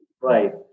Right